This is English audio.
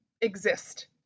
exist